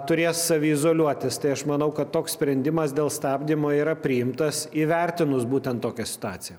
turės saviizoliuotis tai aš manau kad toks sprendimas dėl stabdymo yra priimtas įvertinus būtent tokią stadiją